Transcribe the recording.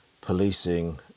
policing